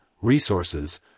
resources